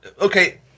Okay